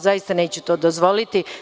Zaista neću to dozvoliti.